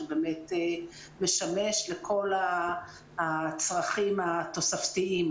שמשמש לכל הצרכים התוספתיים,